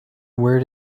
where